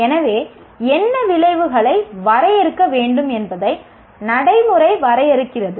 எனவே என்ன விளைவுகளை வரையறுக்க வேண்டும் என்பதை நடைமுறை வரையறுக்கிறது